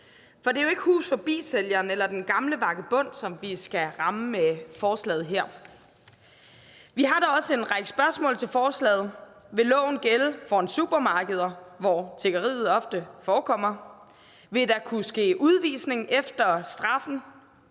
for det er jo ikke Hus Forbi-sælgeren eller den gamle vagabond, som vi skal ramme med forslaget her. Vi har da også en række spørgsmål om forslaget. Vil loven gælde foran supermarkeder, hvor tiggeriet ofte forekommer? Vil der kunne ske udvisning efter afsoningen